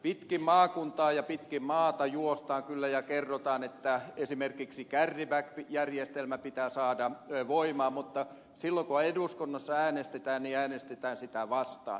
pitkin maakuntaa ja pitkin maata juostaan kyllä ja kerrotaan että esimerkiksi carry back järjestelmä pitää saada voimaan mutta silloin kun eduskunnassa äänestetään niin äänestetään sitä vastaan